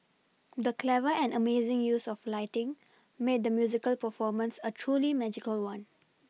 the clever and amazing use of lighting made the musical performance a truly magical one